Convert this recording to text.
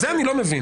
זה אני לא מבין.